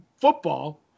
football